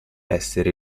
essere